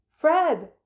Fred